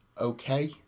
okay